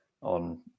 on